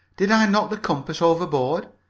did i knock the compass overboard?